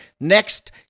Next